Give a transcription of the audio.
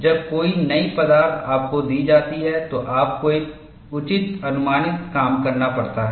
जब कोई नई पदार्थ आपको दी जाती है तो आपको एक उचित अनुमानित काम करना पड़ता है